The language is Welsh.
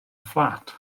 fflat